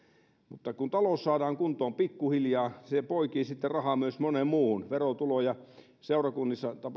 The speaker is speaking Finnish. mutta kun talous saadaan kuntoon pikkuhiljaa se poikii sitten rahaa myös moneen muuhun verotuloja seurakunnissa